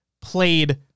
played